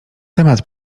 temat